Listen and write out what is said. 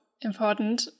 important